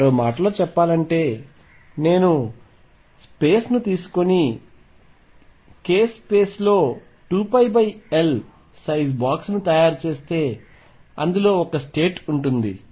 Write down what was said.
మరో మాటలో చెప్పాలంటే నేను ఈ స్పేస్ ను తీసుకొని k స్పేస్లో 2πL సైజు బాక్స్ని తయారు చేస్తే అందులో ఒక స్టేట్ ఉంటుంది